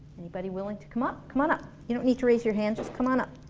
anybody willing to come up? come on up, you don't need to raise your hand just come on up